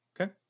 Okay